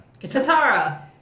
Katara